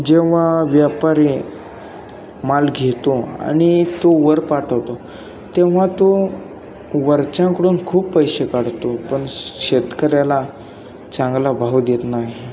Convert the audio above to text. जेव्हा व्यापारी माल घेतो आणि तो वर पाठवतो तेव्हा तो वरच्यांकडून खूप पैसे काढतो पण शेतकऱ्याला चांगला भाव देत नाही